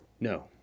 No